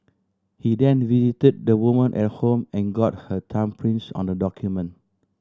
he then visited the woman at home and got her thumbprints on the document